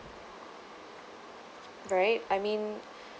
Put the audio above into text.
right I mean